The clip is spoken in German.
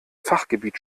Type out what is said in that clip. fachgebiet